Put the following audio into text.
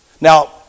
Now